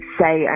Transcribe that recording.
say